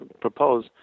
propose